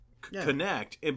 connect